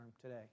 today